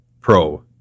pro